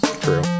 True